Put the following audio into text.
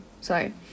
sorry